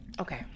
Okay